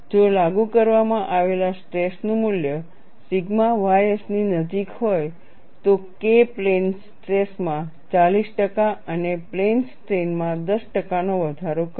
જો લાગુ કરવામાં આવેલા સ્ટ્રેસનું મૂલ્ય સિગ્મા ys ની નજીક હોય તો K પ્લેન સ્ટ્રેસ માં 40 ટકા અને પ્લેન સ્ટ્રેઈન માં 10 ટકાનો વધારો કરશે